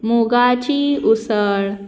मुगाची उसळ